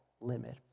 limit